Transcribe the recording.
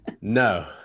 No